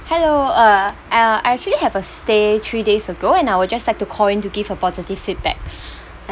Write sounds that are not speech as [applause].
hello uh uh I actually have a stay three days ago and I would just like to call in to give a positive feedback [breath]